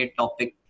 topic